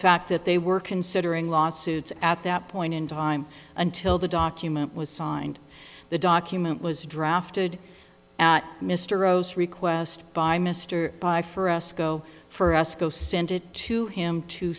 fact that they were considering lawsuits at that point in time until the document was signed the document was drafted at mr rose request by mr buy for us go for us go send it to him to